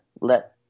let